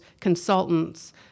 consultants